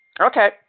Okay